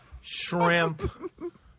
shrimp